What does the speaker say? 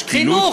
שקילות.